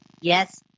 Yes